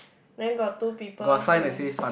then got two people playing